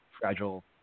fragile